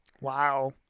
Wow